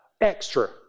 extra